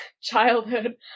childhood